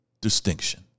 distinction